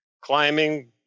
climbing